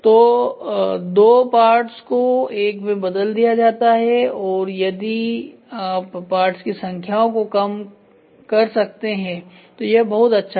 तो दो पार्ट्स को एक में बदल दिया जाता है और यदि आप पार्ट्स की संख्याओं को कम कर सकते हैं तो यह बहुत अच्छा है